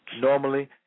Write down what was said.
normally